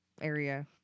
area